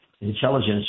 intelligence